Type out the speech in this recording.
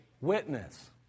witness